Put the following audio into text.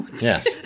yes